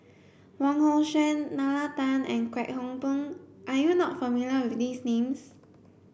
Wong Hong Suen Nalla Tan and Kwek Hong Png are you not familiar with these names